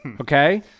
Okay